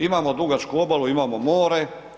Imamo dugačku obalu, imamo more.